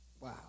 Wow